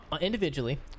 individually